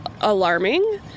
alarming